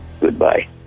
Goodbye